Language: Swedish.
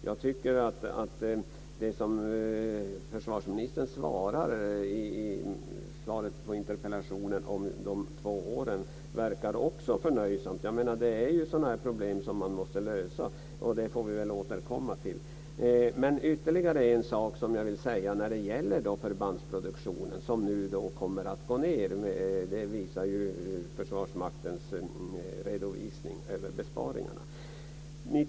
Jag tycker att också det som försvarsministern i sitt svar på interpellationen säger om de två åren verkar förnöjsamt. Dessa problem måste lösas, och det får vi väl återkomma till. Jag vill säga ytterligare en sak om förbandsproduktionen, som nu kommer att gå ned. Det framgår av Försvarsmaktens redovisning av besparingarna.